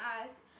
ask